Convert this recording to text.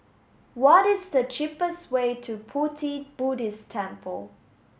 what is the cheapest way to Pu Ti Buddhist Temple